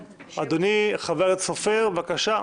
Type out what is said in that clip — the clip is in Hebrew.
אדוני, חבר הכנסת סופר, בבקשה.